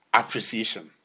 appreciation